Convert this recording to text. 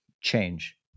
change